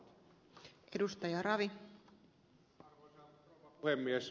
arvoisa rouva puhemies